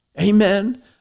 Amen